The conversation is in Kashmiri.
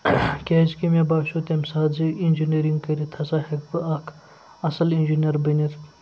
کیٛازِ کہِ مےٚ باسیو تَمہِ ساتہٕ زِ اِنجیٖنٔرِنٛگ کٔرِتھ ہَسا ہٮ۪کہٕ بہٕ اکھ اَصٕل اِنجیٖنیَر بٔنِتھ